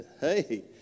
hey